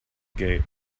gate